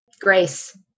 Grace